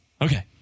Okay